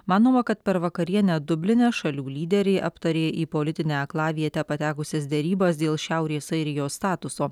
manoma kad per vakarienę dubline šalių lyderiai aptarė į politinę aklavietę patekusias derybas dėl šiaurės airijos statuso